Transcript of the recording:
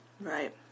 Right